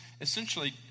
essentially